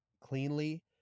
cleanly